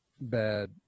bad